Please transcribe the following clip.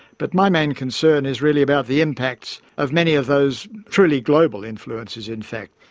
but my main concern is really about the impacts of many of those truly global influences, in fact,